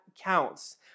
counts